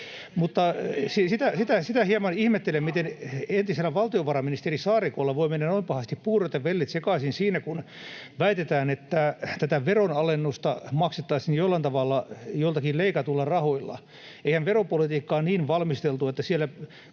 sitä hieman ihmettelen, miten entisellä valtiovarainministeri Saarikolla voi mennä noin pahasti puurot ja vellit sekaisin siinä, kun väitetään, että tätä veronalennusta maksettaisiin jollain tavalla joillakin leikatuilla rahoilla. Eihän veropolitiikkaa ole niin valmisteltu, että